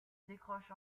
décroche